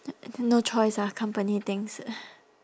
no choice ah company things